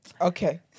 Okay